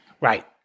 Right